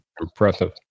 Impressive